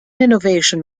innovation